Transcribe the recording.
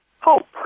hope